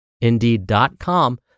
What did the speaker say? Indeed.com